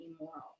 immoral